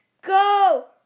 go